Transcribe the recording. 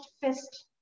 fist